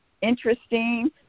interesting